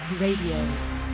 Radio